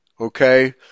okay